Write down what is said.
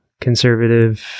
conservative